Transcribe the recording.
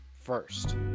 first